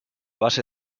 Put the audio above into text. base